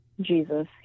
Jesus